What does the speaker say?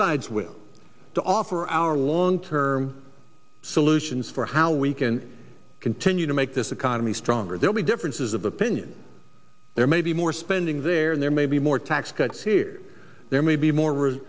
sides will to offer our long term solutions for how we can continue to make this economy stronger the only differences of opinion there may be more spending there and there may be more tax cuts here there may be more r